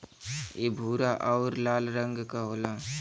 इ भूरा आउर लाल रंग क होला